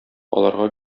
аларга